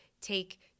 take